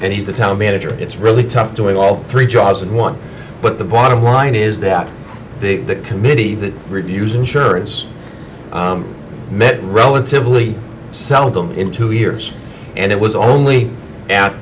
and he's the town manager it's really tough doing all three jobs and one but the bottom line is that the committee that reviews insurance met relatively seldom in two years and it was only at